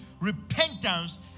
repentance